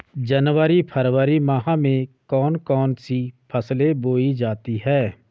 जनवरी फरवरी माह में कौन कौन सी फसलें बोई जाती हैं?